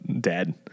dead